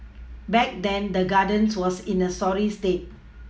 back then the Gardens was in a sorry state